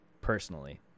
personally